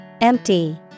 Empty